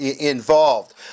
involved